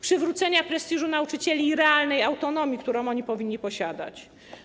Przywrócenie prestiżu nauczycieli i realnej autonomii, którą powinni oni posiadać.